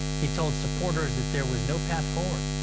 he told supporters that there was no path forward.